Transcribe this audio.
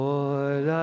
Lord